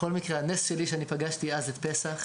בכל מקרה, הנס שלי הוא שאני פגשתי אז את פסח,